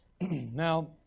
Now